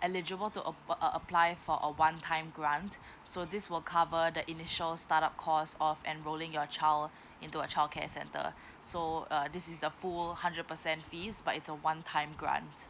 eligible to ap~ uh apply for a one time grant so this will cover the initial start up cost of enrolling your child into a childcare center so uh this is the full hundred percent fees but it's a one time grant